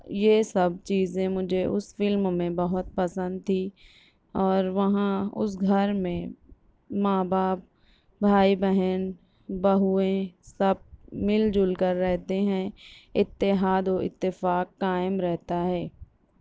یہ سب چیزیں مجھے اس فلم میں بہت پسند تھیں اور وہاں اس گھر میں ماں باپ بھائی بہن بہوئیں سب مل جل کر رہتے ہیں اتحاد و اتفاق قائم رہتا ہے